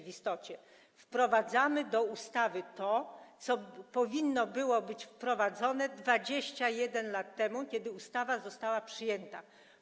Wprowadzamy do ustawy to, co powinno być wprowadzone 21 lat temu, kiedy ustawa została przyjęta.